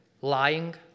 lying